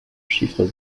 chiffres